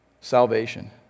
salvation